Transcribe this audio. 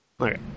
Okay